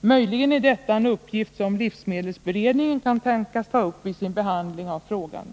Möjligen är detta en uppgift som livsmedelsberedningen kan tänkas ta upp vid sin behandling av frågan.